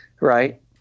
right